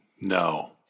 No